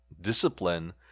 discipline